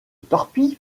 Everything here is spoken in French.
torpille